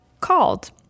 called